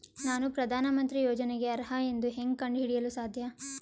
ನಾನು ಪ್ರಧಾನ ಮಂತ್ರಿ ಯೋಜನೆಗೆ ಅರ್ಹ ಎಂದು ಹೆಂಗ್ ಕಂಡ ಹಿಡಿಯಲು ಸಾಧ್ಯ?